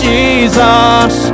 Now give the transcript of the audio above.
Jesus